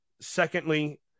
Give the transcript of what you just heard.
secondly